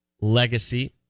legacy